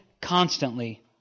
constantly